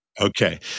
Okay